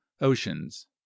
oceans